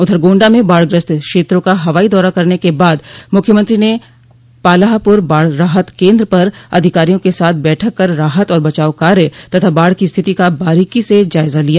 उधर गोण्डा में बाढ़ ग्रस्त क्षेत्रों का हवाइ दौरा करने के बाद मुख्यमंत्री ने पालहापुर बाढ़ राहत केन्द्र पर अधिकारियों के साथ बैठक कर राहत और बचाव कार्य तथा बाढ़ की स्थिति का बारीकी से जायजा लिया